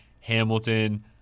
Hamilton